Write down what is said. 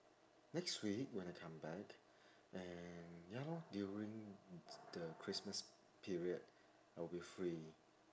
next week when I come back and ya lor during the christmas period I will be free